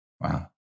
Wow